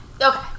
Okay